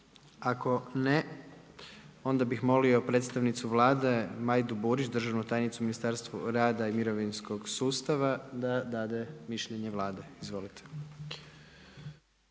Ako ne, onda bih molio predstavnicu Vlade Majdu Burić državnu tajnicu u Ministarstvu rada i mirovinskog sustava da dade mišljenje Vlade. Izvolite.